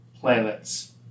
Planets